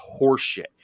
horseshit